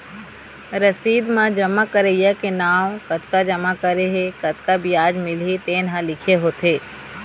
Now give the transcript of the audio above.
रसीद म जमा करइया के नांव, कतका जमा करे हे, कतका बियाज मिलही तेन ह लिखे होथे